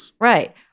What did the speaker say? Right